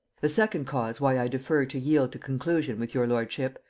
the second cause why i defer to yield to conclusion with your lordship,